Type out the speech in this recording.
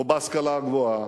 או בהשכלה הגבוהה,